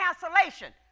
cancellation